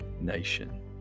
nation